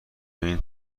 این